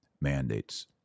mandates